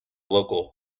local